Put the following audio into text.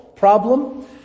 problem